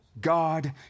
God